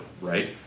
right